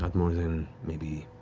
like more than maybe